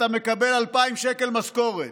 אתה מקבל 2,000 שקל משכורת.